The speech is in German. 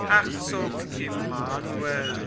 herzog emanuel